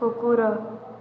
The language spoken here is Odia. କୁକୁର